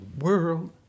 world